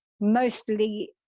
mostly